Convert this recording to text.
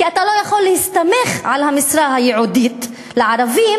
כי אתה לא יכול להסתמך על המשרה הייעודית לערבים